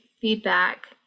feedback